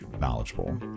knowledgeable